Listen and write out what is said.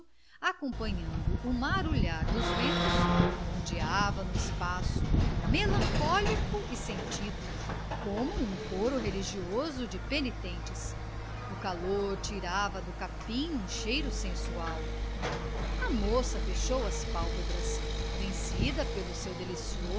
acompanhando o marulhar dos ventos ondeava no espaço melancólico e sentido como um coro religioso de penitentes o calor tirava do capim um cheiro sensual a moça fechou as pálpebras vencida pelo seu